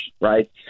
right